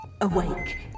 ...awake